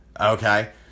Okay